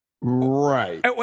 Right